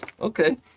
okay